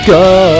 go